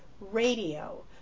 radio